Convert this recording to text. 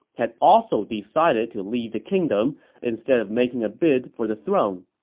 had also decided to leave the kingdom instead of making a bid for the throne.